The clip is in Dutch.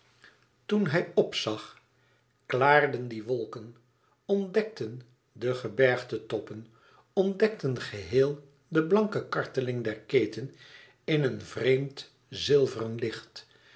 toen hij p zag klaarden die wolken ontdekten de gebergtetoppen ontdekten geheel de blanke karteling der keten in een vreemd zilveren licht